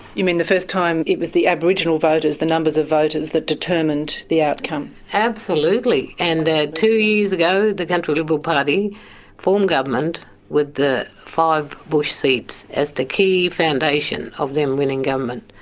you mean the first time it was the aboriginal voters, the numbers of voters that determined the outcome. absolutely! and ah two years ago the country liberal party formed government with the five bush seats as the key foundation of them winning government.